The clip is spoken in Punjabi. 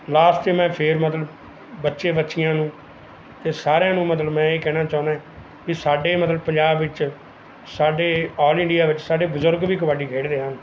ਲਾਸਟ ਤੇ ਮੈਂ ਫੇਰ ਮਤਲਬ ਬੱਚੇ ਬੱਚੀਆਂ ਨੂੰ ਤੇ ਸਾਰਿਆਂ ਨੂੰ ਮਤਲਬ ਮੈਂ ਇਹ ਕਹਿਣਾ ਚਾਹੁੰਦਾ ਵੀ ਸਾਡੇ ਮਤਲਬ ਪੰਜਾਬ ਵਿੱਚ ਸਾਡੇ ਔਲ ਇੰਡੀਆ ਵਿੱਚ ਸਾਡੇ ਬਜ਼ੁਰਗ ਵੀ ਕਬੱਡੀ ਖੇਡਦੇ ਹਨ